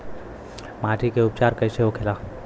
माटी के उपचार कैसे होखे ला?